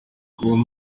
com